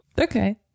Okay